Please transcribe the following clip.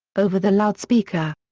over the loudspeaker.